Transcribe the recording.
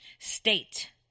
State